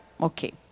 Okay